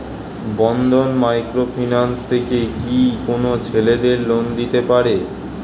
বন্ধন micro finance থেকে কি কোন ছেলেদের লোন দিতে পারে?